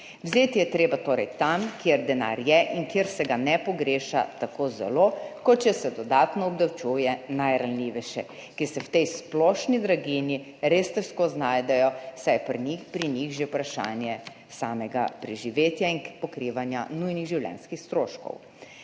Vzeti je treba torej tam, kjer denar je in kjer se ga ne pogreša tako zelo, kot če se dodatno obdavčuje najranljivejše, ki se v tej splošni draginji res težko znajdejo, saj je pri njih že vprašanje samega preživetja in pokrivanja nujnih življenjskih stroškov.